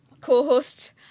co-host